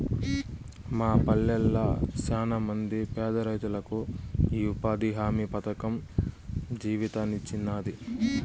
మా పల్లెళ్ళ శానమంది పేదరైతులకు ఈ ఉపాధి హామీ పథకం జీవితాన్నిచ్చినాది